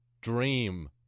dream